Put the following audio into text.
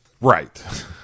right